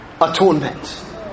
atonement